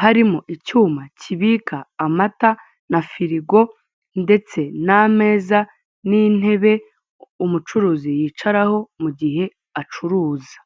harimo icyuma kibika amata na firigo, ndetse n'ameza n'intebe umucuruzi yicaraho mugihe acuruza.